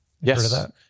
Yes